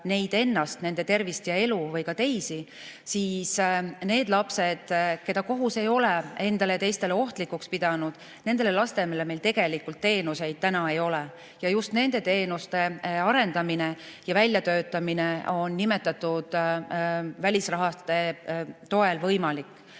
neid ennast, nende tervist ja elu või ka teisi, siis nendele lastele, keda kohus ei ole endale ja teistele ohtlikuks pidanud, meil tegelikult teenuseid ei ole. Just nende teenuste arendamine ja väljatöötamine on nimetatud välisraha toel võimalik.